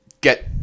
get